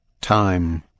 Time